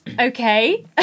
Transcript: okay